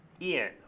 Ian